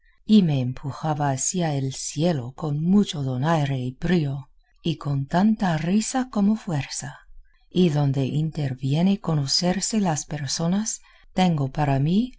y me empujaba hacia el cielo con mucho donaire y brío y con tanta risa como fuerza y donde interviene conocerse las personas tengo para mí